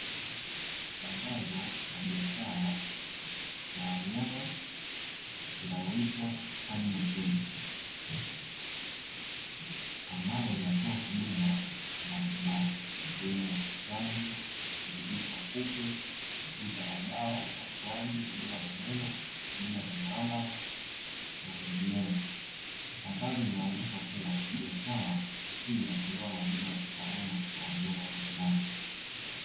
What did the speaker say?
Tangazo la biashara la wanyama, linaloitwa "Animal choice" ambalo linatoa huduma mbalimbali, ikiwemo: chanjo, udhibiti wa kupe, duka la dawa, upasuaji, huduma za meno, huduma za maabara na mengineyo. Tangazo linaonesha kuwa biashara hii inatolewa na huduma ya kitaaluma kwa wanyama wa nyumbani.